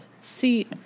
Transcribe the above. See